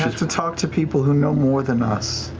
to talk to people who know more than us.